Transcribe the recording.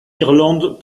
irlande